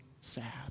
sad